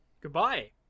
Goodbye